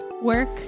work